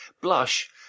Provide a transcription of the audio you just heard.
Blush